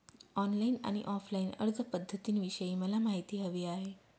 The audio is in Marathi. ऑनलाईन आणि ऑफलाईन अर्जपध्दतींविषयी मला माहिती हवी आहे